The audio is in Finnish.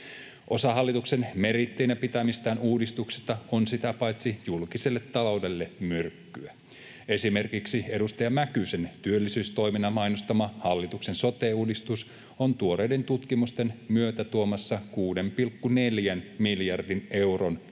Osa hallituksen meriitteinä pitämistä uudistuksista on sitä paitsi julkiselle taloudelle myrkkyä. Esimerkiksi edustaja Mäkysen työllisyystoimena mainostama hallituksen sote-uudistus on tuoreiden tutkimusten myötä tuomassa 6,4 miljardin euron